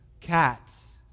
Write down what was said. Cats